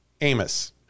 Amos